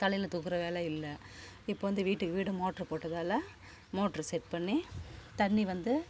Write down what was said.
தலையில் தூக்கிற வேலை இல்லை இப்போ வந்து வீட்டுக்கு வீடு மோட்ரு போட்டதால் மோட்ரு செட் பண்ணி தண்ணி வந்து